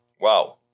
Wow